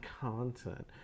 content